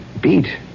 Beat